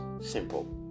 simple